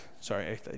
Sorry